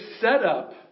setup